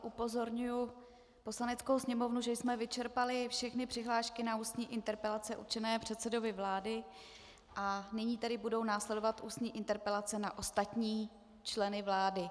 Upozorňuji Poslaneckou sněmovnu, že jsme vyčerpali všechny přihlášky na ústní interpelace určené předsedovi vlády, a nyní tedy budou následovat ústní interpelace na ostatní členy vlády.